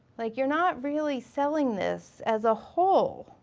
like you're not really selling this as a whole.